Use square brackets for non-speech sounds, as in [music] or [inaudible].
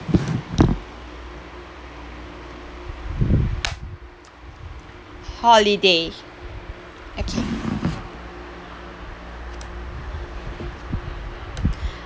holiday okay [breath]